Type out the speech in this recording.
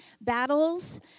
battles